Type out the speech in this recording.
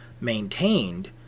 maintained